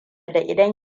idan